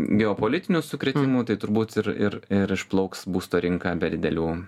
geopolitinių sukrėtimų tai turbūt ir ir ir išplauks būsto rinka be didelių